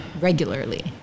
regularly